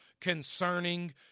concerning